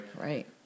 Right